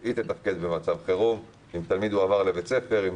היא תתפקד במצב חירום אם תלמיד הועבר לבית ספר אחר,